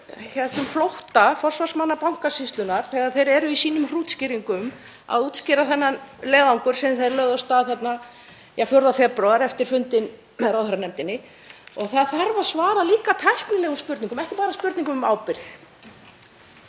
þessum flótta forsvarsmanna Bankasýslunnar þegar þeir eru í sínum hrútskýringum að útskýra þann leiðangur sem þeir lögðu af stað í þarna 4. febrúar eftir fundinn ráðherranefndinni. Og það þarf líka að svara tæknilegum spurningum, ekki bara spurningum um ábyrgð.